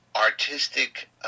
artistic